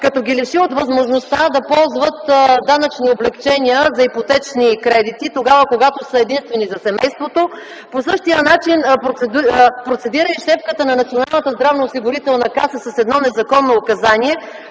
като ги лиши от възможността да ползват данъчни облекчения за ипотечни кредити тогава, когато са единствени за семейството. По същия начин процедира и шефката на Националната